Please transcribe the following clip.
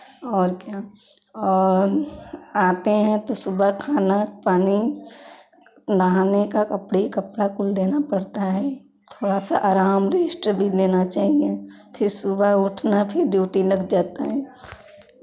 और क्या और आते हैं तो सुबह खाना पानी नहाने का कपड़े कपड़ा कुल देना पड़ता है थोड़ा सा आराम रेस्ट भी लेना चाहिए फिर सुबह उठना फिर ड्यूटी लग जाता है